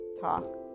talk